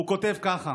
והוא כותב כך: